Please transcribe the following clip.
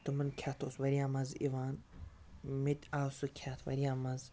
تٕمَن کھٮ۪تھ اوس واریاہ مَزٕ یِوان مےٚ تہِ آو سُہ کھٮ۪تھ واریاہ مَزٕ